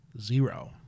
zero